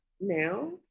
now